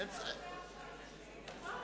אתם מנסים למשוך זמן.